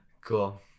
cool